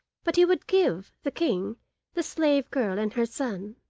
but he would give, the king the slave girl and her son.